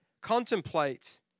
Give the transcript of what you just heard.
contemplate